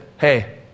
hey